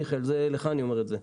מיכאל, לך אני אומר את זה.